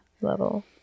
Level